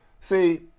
See